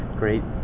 great